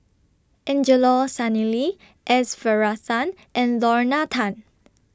Angelo Sanelli S Varathan and Lorna Tan